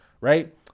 Right